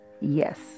yes